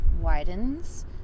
widens